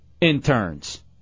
interns